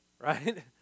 right